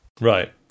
Right